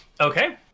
Okay